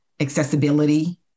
accessibility